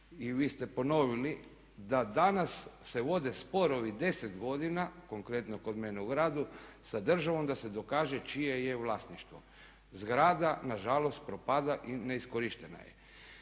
i vi ste ponovili, da danas se vode sporovi 10 godina, konkretno kod mene u gradu, sa državom da se dokaže čije je vlasništvo. Zgrada nažalost propada i neiskorištena je.